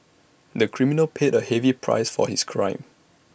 the criminal paid A heavy price for his crime